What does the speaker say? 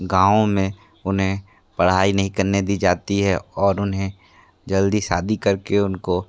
गांव में उन्हें पढ़ाई नहीं करने दी जाती है और उन्हे जल्दी शादी करके उनको